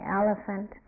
elephant